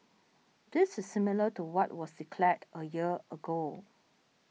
this is similar to what was declared a year ago